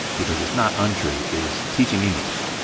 because it's not untrue is teaching english.